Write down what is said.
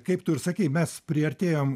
kaip tu ir sakei mes priartėjom